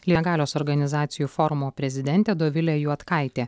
legalios organizacijų forumo prezidentė dovilė juodkaitė